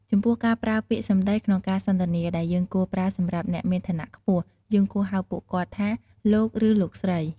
ចំពោះការប្រើពាក្យសម្តីក្នុងការសន្ទនាដែលយើងគួរប្រើសម្រាប់អ្នកមានឋានៈខ្ពស់ យើងគួរហៅពួកគាត់ថា លោក ឬលោកស្រី។